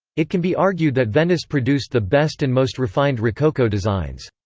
it can be argued that venice produced the best and most refined rococo designs.